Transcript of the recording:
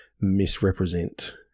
misrepresent